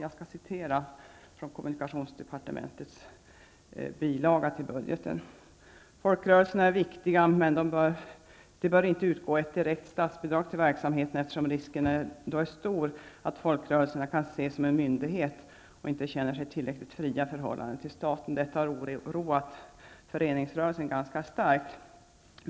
Av propositionen framgår att folkrörelserna är viktiga. Men det bör inte utgå ett direkt statsbidrag till verksamheten eftersom risken då är stor att folkrörelserna kan ses som en myndighet och inte känner sig tillräckligt fria i förhållande till staten. Det här har oroat föreningsrörelsen ganska starkt.